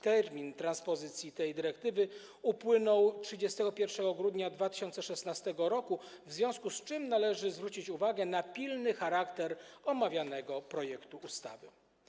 Termin transpozycji tej dyrektywy upłynął 31 grudnia 2016 r., w związku z czym należy zwrócić uwagę na pilny charakter omawianego projektu ustawy.